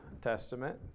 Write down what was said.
Testament